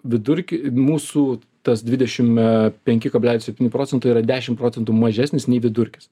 vidurkį mūsų tas dvidešim penki kablelis septyni procento yra dešim procentų mažesnis nei vidurkis